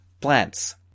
Plants